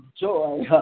joy